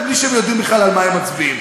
ובלי שהם יודעים בכלל על מה הם מצביעים.